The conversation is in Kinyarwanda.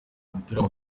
umupira